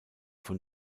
von